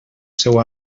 seu